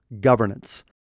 governance